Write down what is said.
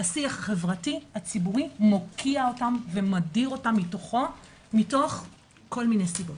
השיח הציבורי-חברתי מוקיע אותם ומדיר אותם מתוכו מתוך כל מיני סיבות.